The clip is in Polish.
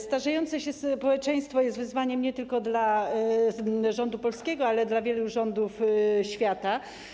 Starzejące się społeczeństwo jest wyzwaniem nie tylko dla rządu polskiego, ale dla wielu rządów na świecie.